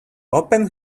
opened